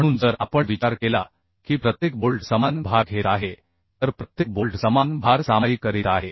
म्हणून जर आपण विचार केला की प्रत्येक बोल्ट समान भार घेत आहे तर प्रत्येक बोल्ट समान भार सामायिक करीत आहे